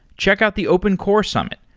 check out the open core summit,